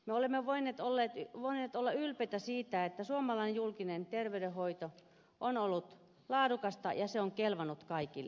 me olemme voineet olla ylpeitä siitä että suomalainen julkinen terveydenhoito on ollut laadukasta ja se on kelvannut kaikille